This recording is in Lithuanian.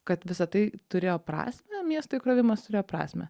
kad visa tai turėjo prasmę miesto įkrovimas turėjo prasmę